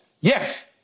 Yes